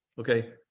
Okay